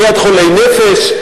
ליד חולי נפש,